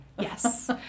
Yes